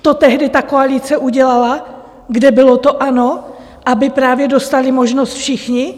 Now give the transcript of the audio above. To tehdy ta koalice udělala, kde bylo to ANO, aby právě dostali možnost všichni.